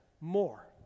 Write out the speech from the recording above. more